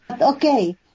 Okay